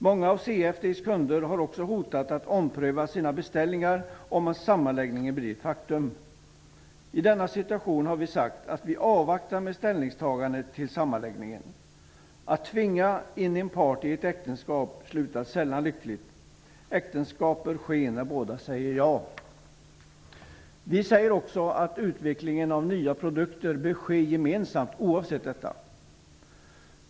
Många av CFD:s kunder har också hotat med att ompröva sina beställningar om sammanläggningen blir ett faktum. I denna situation har vi sagt att vi avvaktar med ställningstagandet till sammanläggningen. Att tvinga in en part i ett äktenskap slutar sällan lyckligt. Äktenskap bör ske när båda säger ja. Vi säger också att utvecklingen av nya produkter bör ske gemensamt oavsett detta.